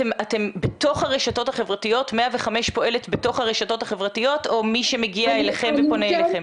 105 פועלת בתוך הרשתות החברתיות או מי שמגיע אליכם ופונה אליכם?